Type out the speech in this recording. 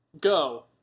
go